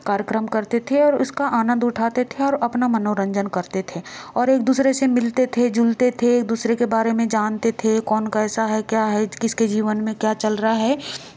कार्यक्रम करते थे और उसका आनंद उठाते थे और अपना मनोरंजन करते थे और एक दूसरे से मिलते थे जुलते थे एक दूसरे के बारे में जानते थे कौन कैसा है क्या है किसके जीवन में क्या चल रहा है